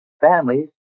families